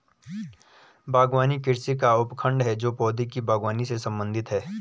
बागवानी कृषि का उपखंड है जो पौधों की बागवानी से संबंधित है